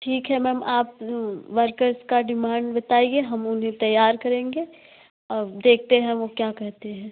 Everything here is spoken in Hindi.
ठीक है मैम आप वर्कर्स की डिमांड बताइए हम उन्हें तैयार करेंगे अब देखते हैं वे क्या कहते हैं